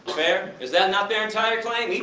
fair, is that not their entire claim?